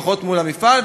פחות מול המפעל,